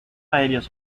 aéreos